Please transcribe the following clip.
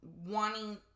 wanting